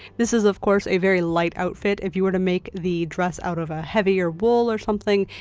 this is of course a very light outfit. if you were to make the dress out of a heavier wool or something,